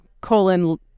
colon